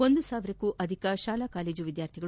ಒಂದು ಸಾವಿರಕ್ಕೂ ಅಧಿಕ ಶಾಲಾ ಕಾಲೇಜು ವಿದ್ಯಾರ್ಥಿಗಳು